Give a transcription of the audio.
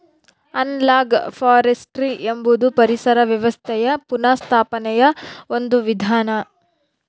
analogue forestry ಎಂಬುದು ಪರಿಸರ ವ್ಯವಸ್ಥೆಯ ಪುನಃಸ್ಥಾಪನೆಯ ಒಂದು ವಿಧಾನ